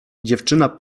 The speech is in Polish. dziewczyna